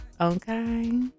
okay